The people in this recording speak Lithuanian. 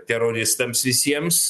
teroristams visiems